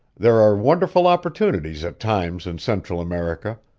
there are wonderful opportunities at times in central america,